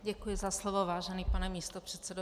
Děkuji za slovo, vážený pane místopředsedo.